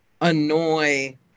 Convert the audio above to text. annoy